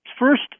First